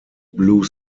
blue